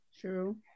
True